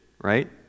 right